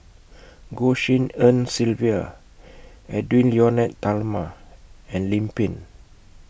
Goh Tshin En Sylvia Edwy Lyonet Talma and Lim Pin